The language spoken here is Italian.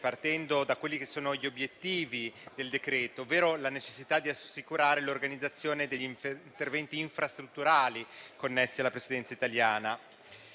partendo dai suoi obiettivi, ovvero la necessità di assicurare l'organizzazione degli interventi infrastrutturali connessi alla Presidenza italiana.